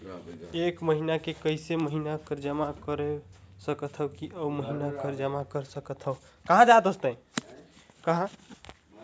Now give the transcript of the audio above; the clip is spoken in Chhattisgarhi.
एक महीना मे एकई महीना कर जमा कर सकथव कि अउ महीना कर जमा कर सकथव?